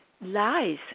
lies